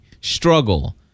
struggle